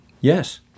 yes